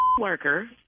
worker